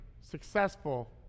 successful